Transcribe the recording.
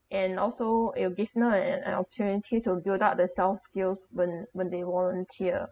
and also it will give them an opportunity to build up their soft skills when when they volunteer